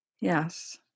Yes